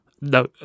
No